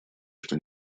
что